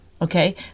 Okay